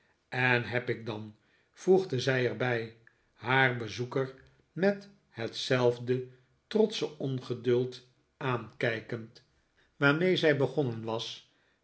en heb ik dan voegde zij er bij haar bezoeker met hetzelfde trotsche ongeduld aankijkend waarmee zij begonnen was